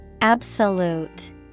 Absolute